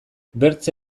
bertze